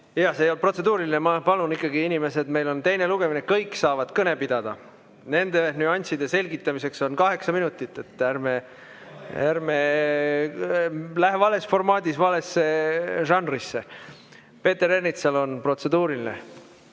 See ei olnud protseduuriline. Ma palun ikkagi, inimesed, meil on teine lugemine, kõik saavad kõne pidada. Nende nüansside selgitamiseks on kaheksa minutit, nii et ärme lähme vales formaadis valesse žanrisse. Peeter Ernitsal on protseduuriline.